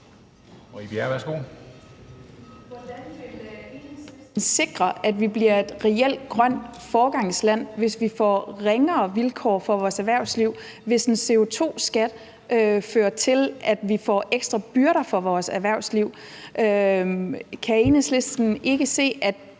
Hvordan vil Enhedslisten sikre, at vi bliver et reelt grønt foregangsland, hvis vi får ringere vilkår for vores erhvervsliv; hvis en CO2-skat fører til ekstra byrder for vores erhvervsliv? Kan Enhedslisten ikke se, at